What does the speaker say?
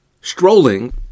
strolling